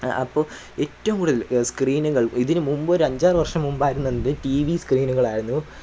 അപ്പോൾ ഏറ്റവും കൂടുതൽ സ്ക്രീനുകൾ ഇതിനു മുൻപൊരഞ്ചാറ് വർഷം മുൻപ് ആയിരുന്നെങ്കിൽ ടീ വി സ്ക്രീനുകളായിരുന്നു